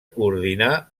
coordinar